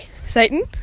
Satan